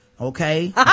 Okay